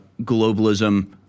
globalism